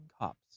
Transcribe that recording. cops